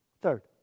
Third